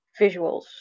visuals